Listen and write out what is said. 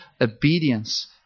obedience